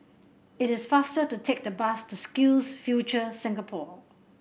it is faster to take the bus to SkillsFuture Singapore